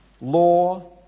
law